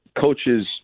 coaches